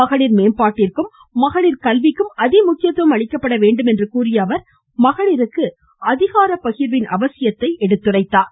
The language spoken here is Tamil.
மகளிர் மேம்பாட்டிற்கும் மகளிர் கல்விக்கும் அதிமுக்கியத்துவம் அளிக்கப்பட வேண்டும் என்று கூறிய அவர் மகளிருக்கு அதிகாரப்பகிர்வின் அவசியத்தையும் வலியுறுத்தினார்